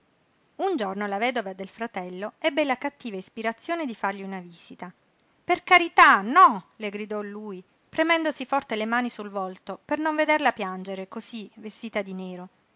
un giorno la vedova del fratello ebbe la cattiva ispirazione di fargli una visita per carità no le gridò lui premendosi forte le mani sul volto per non vederla piangere cosí vestita di nero